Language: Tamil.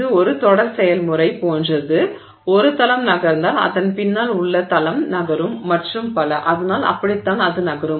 இது ஒரு தொடர் செயல்முறை போன்றது ஒரு தளம் நகர்ந்தால் அதன் பின்னால் உள்ள தளம் நகரும் மற்றும் பல அதனால் அப்படித்தான் அது நகரும்